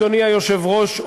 אדוני היושב-ראש,